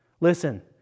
Listen